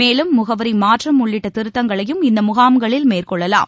மேலும் முகவரிமாற்றம் உள்ளிட்டதிருத்தங்களையும் இந்தமுகாம்களில் மேற்கொள்ளலாம்